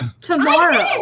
tomorrow